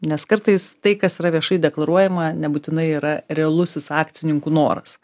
nes kartais tai kas yra viešai deklaruojama nebūtinai yra realusis akcininkų noras